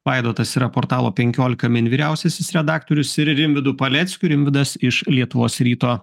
vaidotas yra portalo penkiolika min vyriausiasis redaktorius ir rimvydu paleckiu rimvydas iš lietuvos ryto